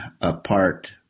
apart